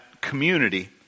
community